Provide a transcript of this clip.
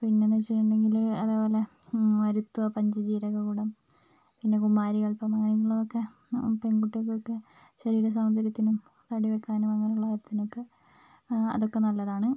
പിന്നെന്നു വെച്ചിട്ടുണ്ടെങ്കിൽ അതുപോലെ മരുത്വാ പഞ്ചജീരകകുടം പിന്നെ കുമാരി കൽപം അങ്ങനെയുള്ളതൊക്കെ പെൺകുട്ടികൾക്കൊക്കെ ശരീര സൗന്ദര്യത്തിനും തടി വെയ്ക്കാനും അങ്ങനുള്ള കാര്യത്തിനൊക്കെ അതൊക്കെ നല്ലതാണ്